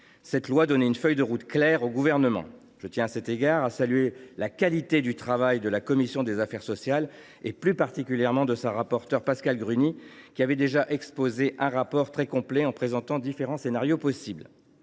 Ce texte donnait une feuille de route claire au Gouvernement. Je tiens, à cet égard, à saluer la qualité du travail de la commission des affaires sociales et, plus particulièrement, de sa rapporteure, Pascale Gruny, qui, déjà à l’époque, avait présenté un rapport très complet, détaillant les différents scénarios possibles.